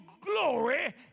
glory